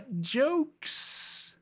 jokes